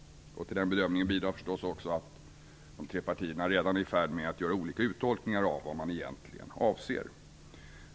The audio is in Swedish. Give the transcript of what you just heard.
Till den bedömningen bidrar naturligtvis också att de tre partierna redan är i färd med att göra olika uttolkningar av vad man egentligen avser.